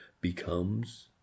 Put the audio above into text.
becomes